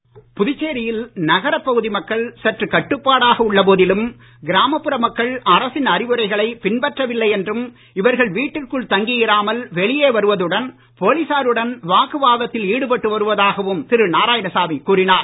நாரா கூடுதல் புதுச்சேரியில் நகரப் பகுதி மக்கள் சற்றுக் கட்டுப்பாடாக உள்ள போதிலும் கிராமப்புற மக்கள் அரசின் அறிவுரைகளை பின்பற்றவில்லை என்றும் இவர்கள் வீட்டிற்குள் தங்கியிராமல் வெளியே வருவதுடன் போலீசாருடன் வாக்குவாதத்தில் ஈடுபட்டு வருவதாகவும் திரு நாராயணசாமி கூறினார்